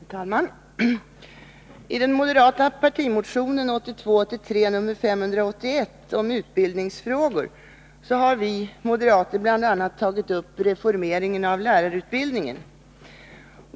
Herr talman! I den moderata partimotion 1982/83:581 om utbildningsfrågor har vi moderater bl.a. tagit upp reformeringen av lärarutbildningen.